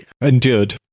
Endured